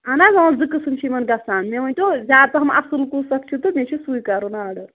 اَہَن حظ آ زٕ قٕسٕم چھِ یِمَن گژھان مےٚ ؤنۍ تو زیادٕ پَہَم اَصٕل کُس اکھ چھُ تہٕ مےٚ چھُ سُے کَرُن آرڈر